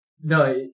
No